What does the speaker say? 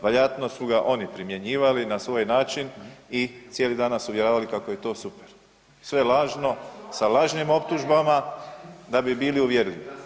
Vjerojatno su ga oni primjenjivali na svoj način i cijeli dan nas uvjeravali kako je to … sve lažno, sa lažnim optužbama da bi bili uvjerljivi.